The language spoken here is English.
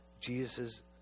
Jesus